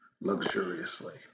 luxuriously